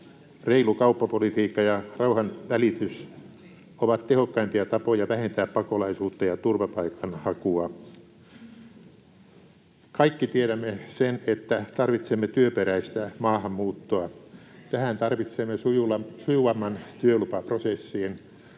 reilu kauppapolitiikka ja rauhanvälitys ovat tehokkaimpia tapoja vähentää pakolaisuutta ja turvapaikanhakua. Kaikki tiedämme sen, että tarvitsemme työperäistä maahanmuuttoa. [Leena Meri: Miten se